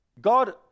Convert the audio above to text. God